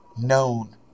known